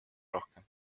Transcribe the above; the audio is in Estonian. rohkem